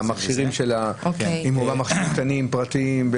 האם מכשירים קטנים ופרטיים,